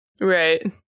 Right